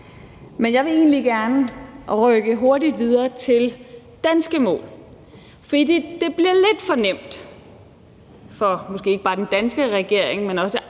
Men jeg vil egentlig gerne rykke hurtigt videre til danske mål, for det bliver lidt for nemt for måske ikke bare den danske regering, men også andre